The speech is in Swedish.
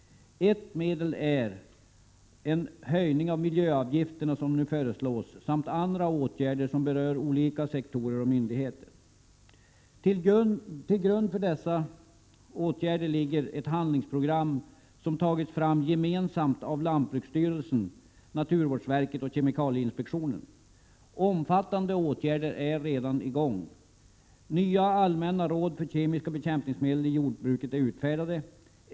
Ett sätt är den höjning av miljöavgifterna som nu föreslås samt andra åtgärder som berör olika sektorer och myndigheter. Till grund för åtgärderna ligger ett handlingsprogram som gemensamt har tagits fram av lantbruksstyrelsen, naturvårdsverket och kemikalieinspektionen. Omfattande åtgärder är redan i gång. T. ex. är nya allmänna råd för kemiska bekämpningsmedel i jordbruket utfärdade.